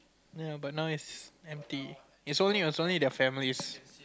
ya but now it's empty it's only it's only the families